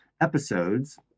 episodes